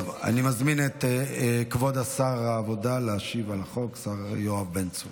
אני מזמין את כבוד שר העבודה יואב בן צור